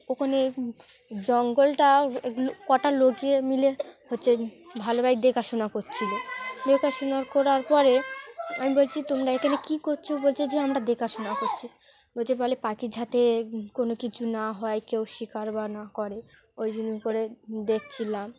ওখানে জঙ্গলটা কটা লোকে মিলে হচ্ছে ভালোভাবে দেখাশোনা করছিলো দেখাশোনা করার পরে আমি বলছি তোমরা এখানে কী করছো বলছে যে আমরা দেখাশোনা করছি বলছে বলে পাখির যাতে কোনো কিছু না হয় কেউ শিকার বা না করে ওই জন্য করে দেখছিলাম